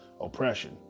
oppression